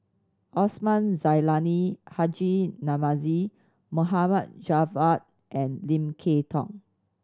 Osman Zailani Haji Namazie Mohd Javad and Lim Kay Tong